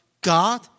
God